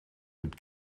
had